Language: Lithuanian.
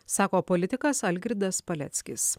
sako politikas algirdas paleckis